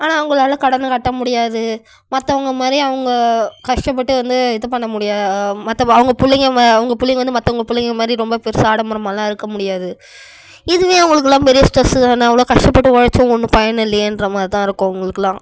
ஆனால் அவங்களால் கடனை கட்ட முடியாது மற்றவங்க மாதிரி அவங்க கஷ்டப்பட்டு வந்து இது பண்ண முடியாது மற்ற வா அவங்க பிள்ளைங்க வ அவங்க பிள்ளைங்க வந்து மற்றவங்க பிள்ளைங்க மாதிரி ரொம்ப பெருசாக ஆடம்பரமாலாம் இருக்க முடியாது இதுவே அவங்களுக்கெல்லாம் பெரிய ஸ்ட்ரெஸு தானே இவ்வளோ கஷ்டப்பட்டு உழச்சியும் ஒன்றும் பயன் இல்லையேன்ற மாதிரி தான் இருக்கும் அவங்களுக்குலாம்